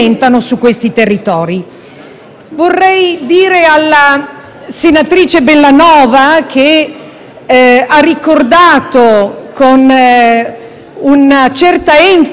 Vorrei dire alla senatrice Bellanova, che ha ricordato con una certa enfasi le fatiche